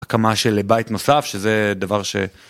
הקמה של בית נוסף שזה דבר ש...